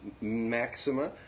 Maxima